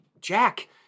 Jack